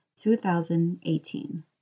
2018